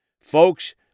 Folks